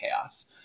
chaos